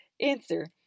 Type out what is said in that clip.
Answer